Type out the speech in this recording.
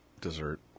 dessert